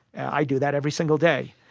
i do that every single day.